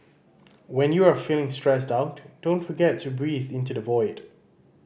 when you are feeling stressed out don't forget to breathe into the void